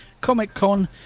Comic-Con